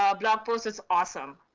ah blog post is awesome.